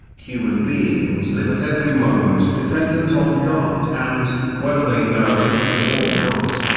human beings live at every moment dependent on god and, whether they know it or not,